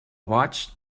boig